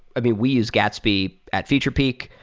i mean, we use gatsby at featurepeek.